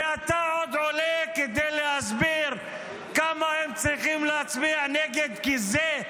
ואתה עוד עולה כדי להסביר כמה הם צריכים להצביע נגד כי זה,